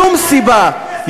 שום סיבה,